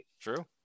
True